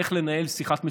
איך לנהל שיחת מצוקה,